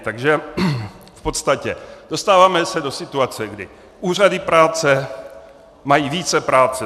Takže v podstatě se dostáváme do situace, kdy úřady práce mají více práce.